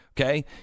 Okay